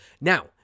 Now